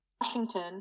washington